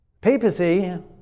Papacy